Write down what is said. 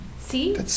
See